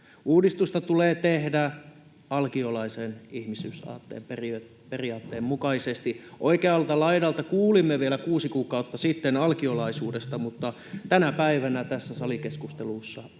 Uudistusta tulee tehdä alkiolaisen ihmisyysaatteen periaatteen mukaisesti. Oikealta laidalta kuulimme vielä kuusi kuukautta sitten alkiolaisuudesta, mutta tänä päivänä tässä salikeskustelussa alkiolainen